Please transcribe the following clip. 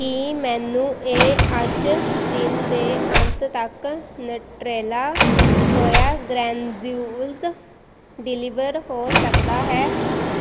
ਕੀ ਮੈਨੂੰ ਇਹ ਅੱਜ ਦਿਨ ਦੇ ਅੰਤ ਤੱਕ ਨਟਰੇਲਾ ਸੋਇਆ ਗ੍ਰੈਨਜਿਊਲਜ਼ ਡਿਲੀਵਰ ਹੋ ਸਕਦਾ ਹੈ